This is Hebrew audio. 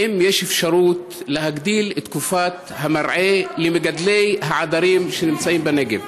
האם יש אפשרות להגדיל את תקופת המרעה למגדלי העדרים שנמצאים בנגב?